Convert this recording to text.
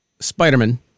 spider-man